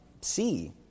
see